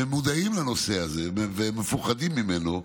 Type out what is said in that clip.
והם מודעים לנושא הזה ומפוחדים ממנו.